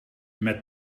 met